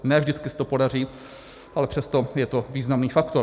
Ne vždy se to podaří, ale přesto je to významný faktor.